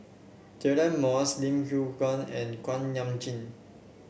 Deirdre Moss Lim Yew Hock and Kuak Nam Jin